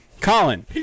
Colin